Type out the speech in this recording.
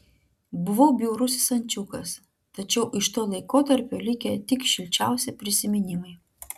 buvau bjaurusis ančiukas tačiau iš to laikotarpio likę tik šilčiausi prisiminimai